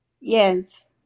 Yes